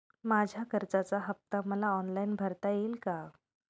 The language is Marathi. माझ्या कर्जाचा हफ्ता मला ऑनलाईन भरता येईल का?